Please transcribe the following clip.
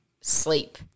sleep